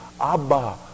Abba